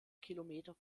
kilometer